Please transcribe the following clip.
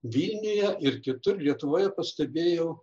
vilniuje ir kitur lietuvoje pastebėjau